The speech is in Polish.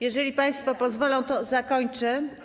Jeżeli państwo pozwolą, to zakończę.